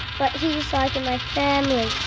but he's like in my family.